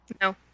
No